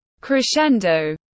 crescendo